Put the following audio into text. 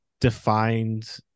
defined